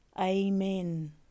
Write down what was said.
Amen